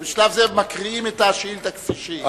בשלב זה מקריאים את השאילתא כפי שהיא.